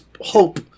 hope